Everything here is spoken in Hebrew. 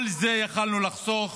את כל זה יכולנו לחסוך